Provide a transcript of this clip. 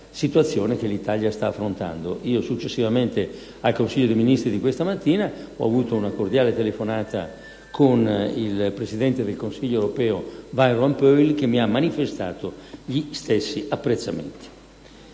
situazione che l'Italia sta affrontando. Successivamente al Consiglio dei ministri di questa mattina ho avuto una cordiale telefonata con il presidente del Consiglio europeo, Van Rompuy, che mi ha manifestato gli stessi apprezzamenti.